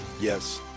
Yes